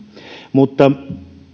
mutta